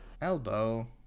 Elbow